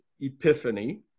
epiphany